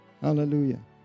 Hallelujah